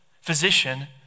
physician